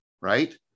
right